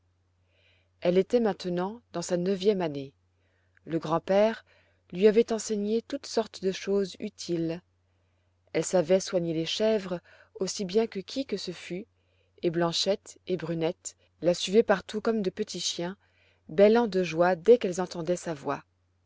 elle était maintenant dans sa neuvième année le grand-père lui avait enseigné toutes sortes de choses utiles elle savait soigner les chèvres aussi bien que qui que ce fût et blanchette et brunette la suivaient partout comme de petits chiens bêlant de joie dès qu'elles entendaient sa voix